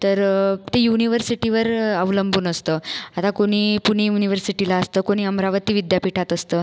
तर ते युनिवर्सिटीवर अवलंबून असतं आता कोणी पुणे युनिवर्सिटीला असतं कोणी अमरावती विद्यापीठात असतं